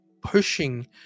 pushing